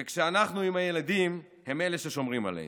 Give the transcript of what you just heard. וכשאנחנו עם הילדים, הם אלה ששומרים עלינו,